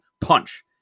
punch